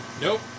Nope